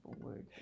word